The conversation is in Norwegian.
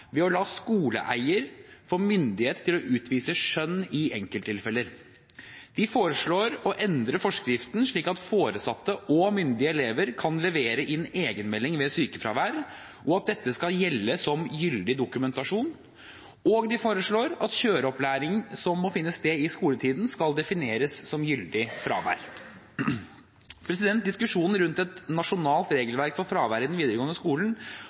ved å la skoleeier få myndighet til å utvise skjønn i enkelttilfeller. De foreslår å endre forskriften slik at foresatte og myndige elever kan levere inn egenmelding ved sykefravær, og at dette skal gjelde som gyldig dokumentasjon. De foreslår at kjøreopplæring som må finne sted i skoletiden, skal defineres som gyldig fravær. Diskusjonen rundt et nasjonalt regelverk for fravær i den videregående skolen